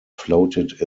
floated